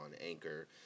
Anchor